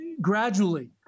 gradually